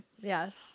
Yes